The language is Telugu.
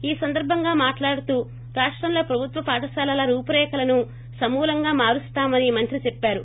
ఈ సందర్బంగా మాట్లాడుతూ రాష్టంలో ప్రభుత్వ పాఠశాలల రూపురేఖలను సమూలంగా మారుస్తామని మంత్రి చెప్పారు